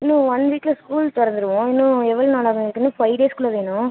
இன்னும் ஒன் வீக்கில ஸ்கூல் திறந்துருவோம் இன்னும் எவ்வளவோ நாள் ஆகும் எங்களுக்கு இன்னும் ஃபைவ் டேஸ் குள்ளே வேணும்